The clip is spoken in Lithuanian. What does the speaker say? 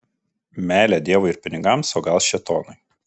meilė dievui ir pinigams o gal šėtonui